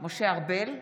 משה ארבל,